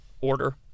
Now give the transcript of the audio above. Order